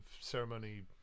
ceremony